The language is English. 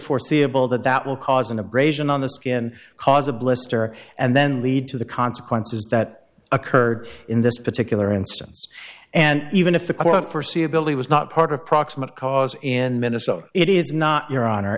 foreseeable that that will cause an abrasion on the skin cause a blister and then lead to the consequences that occurred in this particular instance and even if the court for see ability was not part of proximate cause in minnesota it is not your honor